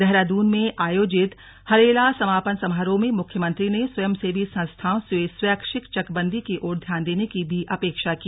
देहरादून में आयोजित हरेला समापन समारोह में मुख्यमंत्री ने स्वयंसेवी संस्थाओं से स्वैच्छिक चकबन्दी की ओर ध्यान देने की भी अपेक्षा की